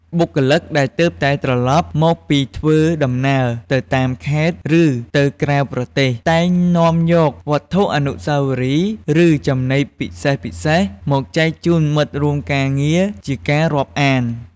បុគ្គលិកដែលទើបតែត្រឡប់មកពីធ្វើដំណើរទៅតាមខេត្ត ឬទៅក្រៅប្រទេស តែងនាំយក វត្ថុអនុស្សាវរីយ៍ ឬ ចំណីពិសេសៗ មកចែកជូនមិត្តរួមការងារជាការរាប់អាន។